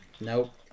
Nope